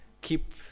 keep